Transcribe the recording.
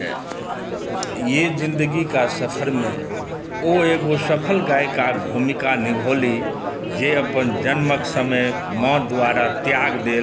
ये जिन्दगी का सफरमे ओ एगो सफल गायिकाक भूमिका निभौलीह जे अपन जन्मक समय माँ द्वारा त्याग देल गेल छलीह